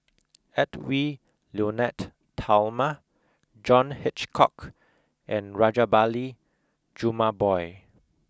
Edwy Lyonet Talma John Hitchcock and Rajabali Jumabhoy